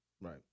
Right